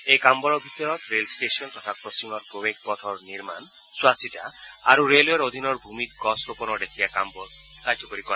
এই কামবোৰৰ ভিতৰত ৰেল ট্টেচন তথা ক্ৰচিঙৰ প্ৰৱেশ পথৰ নিৰ্মাণ চোৱাচিতা আৰু ৰেলৱেৰ অধীনৰ ভূমিত গছ ৰোপনৰ লেখিয়া কামবোৰ কাৰ্যকৰী কৰিব